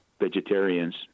vegetarians